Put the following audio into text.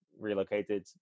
relocated